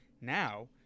now